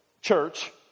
church